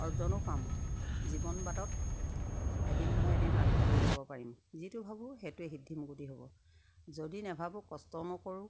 অৰ্জনো পাম জীৱন বাটত এদিন নহয় এদিন আগবাঢ়ি যাব পাৰিম যিটো ভাবোঁ সেইটোৱে সিদ্ধিমুকুতি হ'ব যদি নেভাবো কষ্টও নকৰোঁ